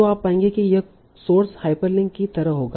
तो आप पाएंगे कि यह सोर्स हाइपरलिंक की तरह होगा